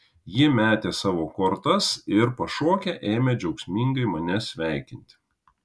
jie metė savo kortas ir pašokę ėmė džiaugsmingai mane sveikinti